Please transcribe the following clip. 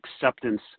acceptance